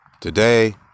Today